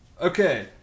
Okay